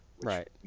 Right